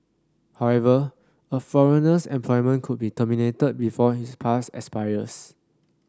however a foreigner's employment could be terminated before his pass expires